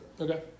Okay